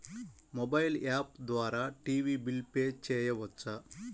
Mobile app ద్వారా TV bill pay చేయవచ్చా?